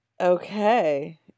Okay